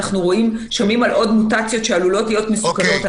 אנחנו שומעים על עוד מוטציות שעלולות להיות מסוכנות.